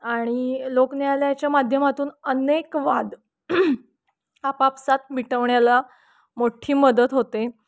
आणि लोकन्यायालयाच्या माध्यमातून अनेक वाद आपापसात मिटवण्याला मोठ्ठी मदत होते